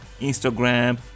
Instagram